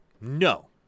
No